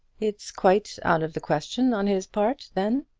it's quite out of the question on his part, then?